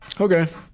Okay